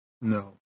No